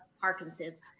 Parkinson's